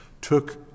took